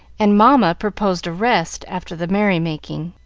and mamma proposed a rest after the merry-making.